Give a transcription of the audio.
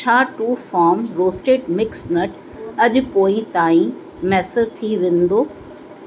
छा to form roasted mix nut अॼु पोइ ताईं मैसर थी वेंदो